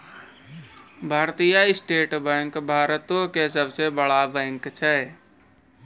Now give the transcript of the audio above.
भारतीय state bank भारतो के सभ से बड़ा बैंक छै